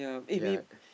ya